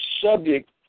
subject